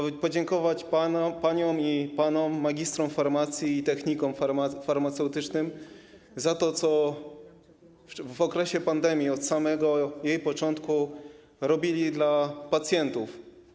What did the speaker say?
Chciałem podziękować paniom i panom magistrom farmacji i technikom farmaceutycznym za to, co w okresie pandemii, od samego jej początku, robili dla pacjentów.